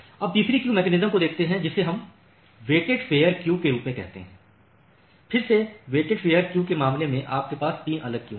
अब तीसरी queue mechanism को देखते हैं जिसे हम वेटेड फेयर क्यू के रूप में कहते हैं फिर से वेटेड फेयर क्यू के मामले में हमारे पास 3 अलग क्यू हैं